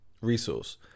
resource